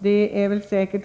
Det är